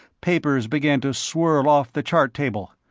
papers began to swirl off the chart table.